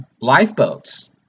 lifeboats